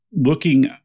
looking